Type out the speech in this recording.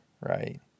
Right